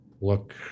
look